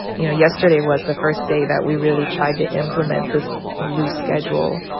you know yesterday was the first day that we really tried to implement this loose schedule.